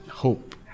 Hope